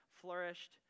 flourished